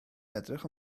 edrych